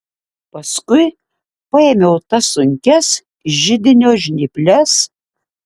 paskui paėmiau tas sunkias židinio žnyples